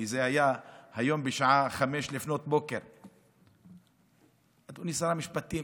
כי זה היה היום בשעה 05:00. אדוני שר המשפטים,